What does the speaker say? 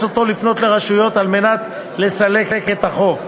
אותו לפנות לרשויות כדי לסלק את החוב.